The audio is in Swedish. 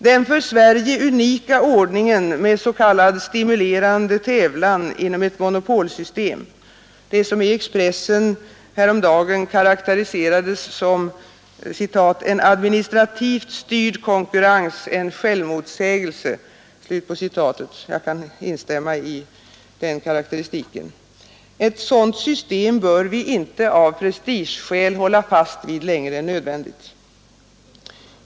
Den för Sverige unika ordningen med s.k. stimulerande tävlan inom ett monopolsystem — det som i Expressen häromdagen karakteriserades som ”en administrativt styrd konkurrens, en självmotsägelse”, och det är en karakteristik som jag kan instämma i — bör vi inte av prestigeskäl hålla fast vid.